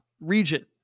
region